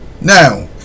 Now